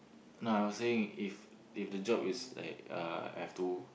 nah I was saying if if the job is like uh have to